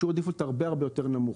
שיעור עדיפות הרבה יותר נמוך.